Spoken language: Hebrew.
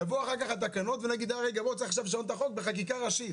יבואו אחר כך התקנות ואז נצטרך לשנות את החוק בחקיקה ראשית.